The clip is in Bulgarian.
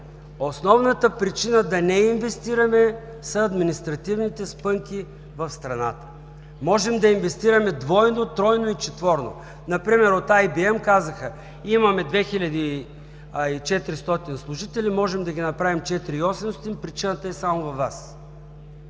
„Основната причина да не инвестираме са административните спънки в страната.“ Можем да инвестираме двойно, тройно и четворно. Например от IBM казаха: „Имаме 2400 служители, можем да ги направим 4800, причината е само във Вас.